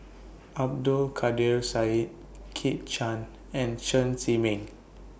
Abdul Kadir Syed Kit Chan and Chen Zhiming